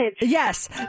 Yes